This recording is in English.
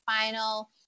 final